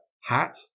hat